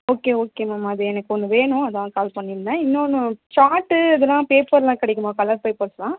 okay okay ma'am அது எனக்கு ஒன்று வேணும் அதான் கால் பண்ணி இருந்தேன் இன்னொன்னு சார்ட்டு இதெல்லாம் பேப்பர் எல்லாம் கிடைக்குமா கலர் பேப்பர்ஸ் எல்லாம்